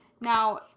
Now